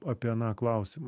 apie aną klausimą